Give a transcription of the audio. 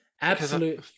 absolute